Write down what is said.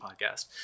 Podcast